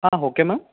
ಹಾಂ okay ma'am